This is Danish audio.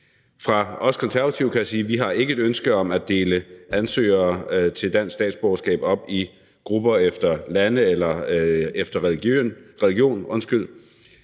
Fra os Konservative kan jeg sige, at vi ikke har et ønske om at dele ansøgere til dansk statsborgerskab op i grupper efter lande eller efter religion.